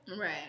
right